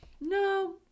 no